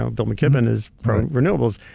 ah bill mckibben is pro-renewables.